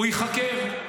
הוא ייחקר.